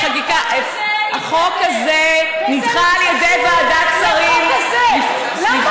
והחוק הזה, הוא לא קשור